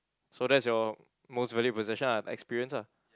so that's your most valued possession ah experience ah